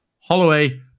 Holloway